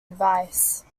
advice